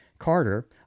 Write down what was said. Carter